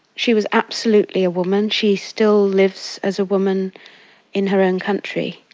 she was absolutely a woman, she still lives as a woman in her own country.